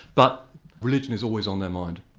but religion is always on their mind.